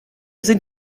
sind